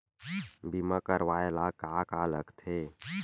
बीमा करवाय ला का का लगथे?